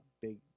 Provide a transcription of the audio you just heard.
big